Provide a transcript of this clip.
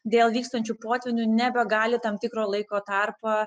dėl vykstančių potvynių nebegali tam tikro laiko tarpą